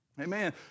Amen